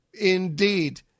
Indeed